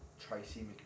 Tracy